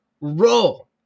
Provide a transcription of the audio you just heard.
roll